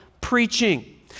preaching